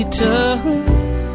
tough